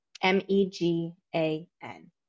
m-e-g-a-n